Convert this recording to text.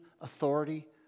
authority